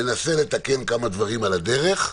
ננסה לתקן כמה דברים על הדרך,